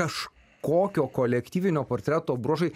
kaž kokio kolektyvinio portreto bruožai